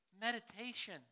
Meditation